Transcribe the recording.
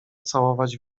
całować